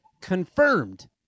confirmed